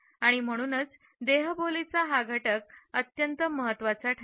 आणि म्हणून देहबोलीचा हा घटक अत्यंत महत्त्वाचा ठरला